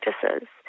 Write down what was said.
practices